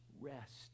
Rest